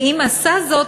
ואם עשה זאת,